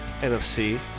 NFC